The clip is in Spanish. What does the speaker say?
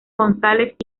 gonzález